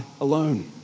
alone